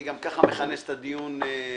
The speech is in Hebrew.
אני גם ככה מכנס את הדיון שלא